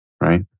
right